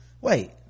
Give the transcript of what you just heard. wait